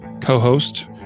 co-host